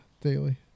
Daily